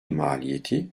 maliyeti